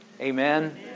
amen